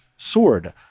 sword